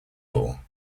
law